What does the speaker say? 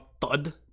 thud